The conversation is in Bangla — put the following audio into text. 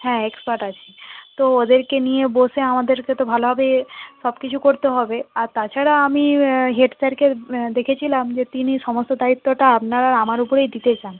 হ্যাঁ এক্সপার্ট আছে তো ওদেরকে নিয়ে বসে আমাদেরকে তো ভালোভাবে সব কিছু করতে হবে আর তাছাড়া আমি হেড স্যারকে দেখেছিলাম যে তিনি সমস্ত দায়িত্বটা আপনার আর আমার ওপরেই দিতে চান